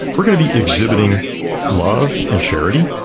we're going to be exhibiting love and charity,